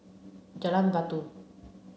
Jalan Batu